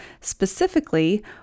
specifically